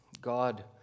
God